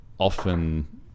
often